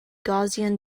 gaussian